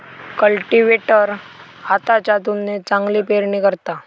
cultivator हाताच्या तुलनेत चांगली पेरणी करता